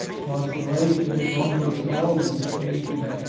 consola tion is almost always chafing.